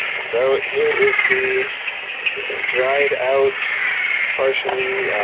so here is the dried out partially